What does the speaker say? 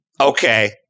Okay